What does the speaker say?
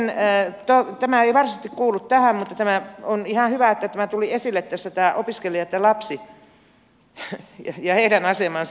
tämä ei varsinaisesti kuulu tähän mutta on ihan hyvä että tämä tuli esille tässä tämä opiskelijat ja lapsi ja heidän asemansa